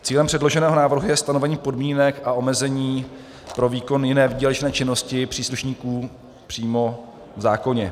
Cílem předloženého návrhu je stanovení podmínek a omezení pro výkon jiné výdělečné činnosti příslušníků přímo v zákoně.